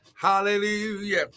Hallelujah